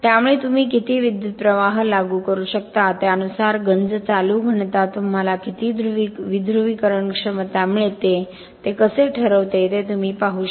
त्यामुळे तुम्ही किती विद्युतप्रवाह लागू करू शकता त्यानुसार गंज चालू घनता तुम्हाला किती विध्रुवीकरण क्षमता मिळते ते कसे ठरवते ते तुम्ही पाहू शकता